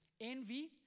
envy